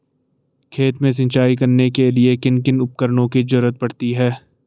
खेत में सिंचाई करने के लिए किन किन उपकरणों की जरूरत पड़ती है?